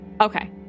Okay